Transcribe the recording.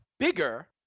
bigger